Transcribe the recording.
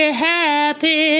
happy